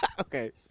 Okay